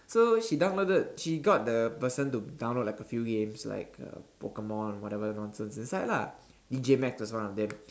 so she downloaded she got the person to download like a few games like uh Pokemon whatever nonsense inside lah D_J-max was one of them